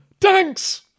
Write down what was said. Thanks